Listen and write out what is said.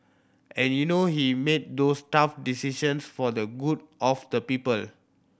and you know he made those tough decisions for the good of the people